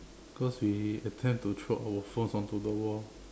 cause we attempt to throw our phones onto the wall